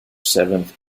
seventh